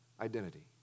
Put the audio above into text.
identity